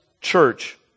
church